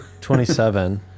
27